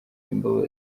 imbabazi